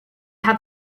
have